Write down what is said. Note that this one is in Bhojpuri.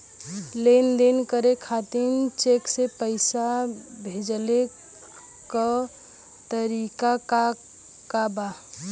लेन देन करे खातिर चेंक से पैसा भेजेले क तरीकाका बा?